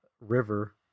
river